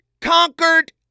conquered